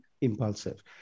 impulsive